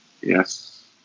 Yes